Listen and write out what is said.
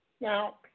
Now